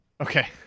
Okay